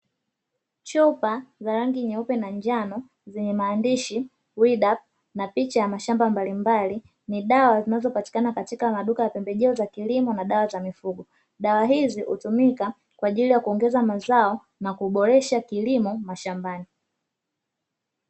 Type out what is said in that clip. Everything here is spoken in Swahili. Chupa za rangi nyeupe na njano zenye maandishi "WEEDUP" na picha ya mashamba mbalimbali, ni dawa zinazopatikana katika maduka ya pembejeo za kilimo na dawa za mifugo. Dawa hizi hutumika kwa ajili ya kuongeza mazao na kuboresha kilimo mashambani.